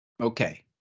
okay